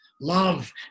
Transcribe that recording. Love